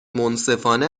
منصفانه